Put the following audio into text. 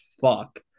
fuck